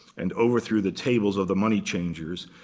and overthrew the tables of the money changers,